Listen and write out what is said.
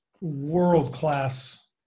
world-class